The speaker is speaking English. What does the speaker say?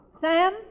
Sam